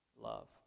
Love